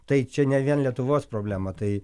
tai čia ne vien lietuvos problema tai